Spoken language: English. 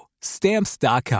Stamps.com